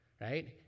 right